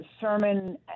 sermon